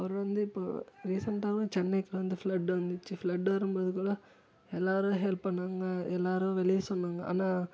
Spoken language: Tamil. அவர் வந்து இப்போ ரீசெண்டாகலாம் சென்னைக்கு வந்த ப்லெட்டு வந்துச்சு ப்லெட்டு வரும் போது கூட எல்லாரும் ஹெல்ப் பண்ணாங்க எல்லாரும் வெளியே சொன்னாங்க ஆனால்